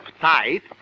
tight